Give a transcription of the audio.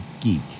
geek